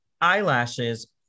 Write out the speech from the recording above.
eyelashes